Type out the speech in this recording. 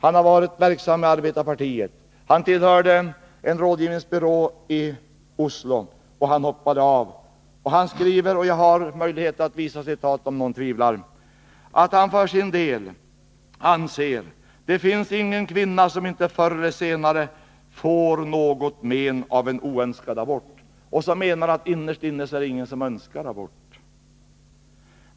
Han har varit verksam i Arbeiderpartiet och tillhörde en rådgivningsbyrå i Oslo som han senare hoppade av. Jag har möjlighet att visa citat, om någon tvivlar på att han för sin del anser följande: Det finns ingen kvinna som inte förr eller senare får något men av en oönskad abort. Och han anser att ingen innerst inne önskar abort.